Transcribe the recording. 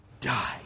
die